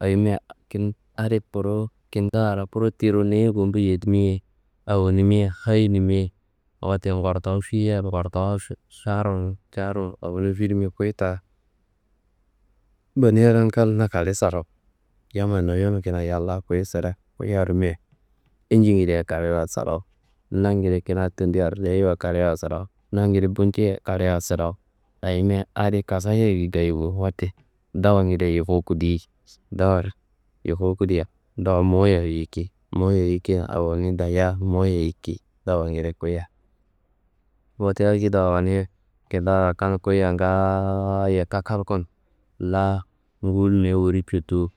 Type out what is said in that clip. Ayimia adi kuru kintawu araku tiro niyi gumbu yedimi ye awonimi ye hayinimi ye. Wote ngortowu fiyia, ngortowuwa carumu carumu awanun finimia, kuyi ta bani adan kal kalewo sarawu. Yammayi noyanu kina yan la kuyi sedea kuyia rimia injingedea kalewowa sarawu, nangede kina tendi artayeia kalewowa sarawu, nangede bunceia kalewowa sarawu. Ayimia adi kasaye kayi bo, wote dawangedeye yufuwu kudi, dawa yufuwu kudia, dawa mowuye yiki, mowuye yikia awono dayia, mowuye yiki dawangede kuyia. Wote akediro awonia kintawu arakan kuyia ngaayo kakalkono, laa nguwul mewu n wuri jetuwu